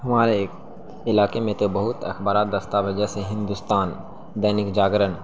ہمارے علاقے میں تو بہت اخبارات دستیاب ہے جیسے ہندوستان دینک جاگرن